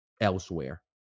elsewhere